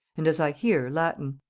and, as i hear, latin.